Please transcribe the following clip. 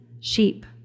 sheep